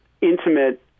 intimate